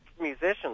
musicians